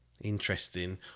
Interesting